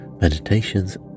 meditations